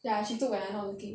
ya she took when I not looking